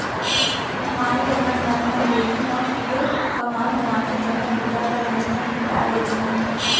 माइलोगन मन ह ढेंकी म खुंद कमा धमाके जम्मो बूता ल घरे म निपटा देत रहिन